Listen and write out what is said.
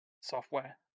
Software